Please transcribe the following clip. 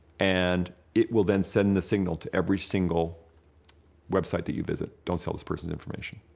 and it will then send the signal to every single website that you visit don't sell this person's information.